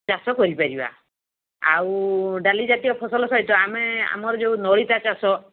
ଚାଷ କରିପାରିବା ଆଉ ଡାଲିଜାତୀୟ ଫସଲ ସହିତ ଆମେ ଆମର ଯେଉଁ ନଳିତା ଚାଷ